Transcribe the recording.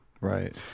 Right